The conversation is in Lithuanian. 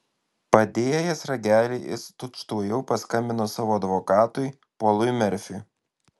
padėjęs ragelį jis tučtuojau paskambino savo advokatui polui merfiui